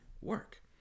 work